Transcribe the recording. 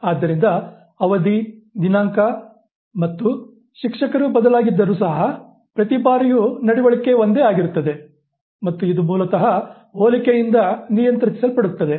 ಆದ್ದರಿಂದ ಅವಧಿ ದಿನಾಂಕ ಮತ್ತು ಶಿಕ್ಷಕರು ಬದಲಾಗಿದ್ದರೂ ಸಹ ಪ್ರತಿ ಬಾರಿಯೂ ನಡವಳಿಕೆ ಒಂದೇ ಆಗಿರುತ್ತದೆ ಮತ್ತು ಇದು ಮೂಲತಃ ಹೋಲಿಕೆಯಿಂದ ನಿಯಂತ್ರಿಸಲ್ಪಡುತ್ತದೆ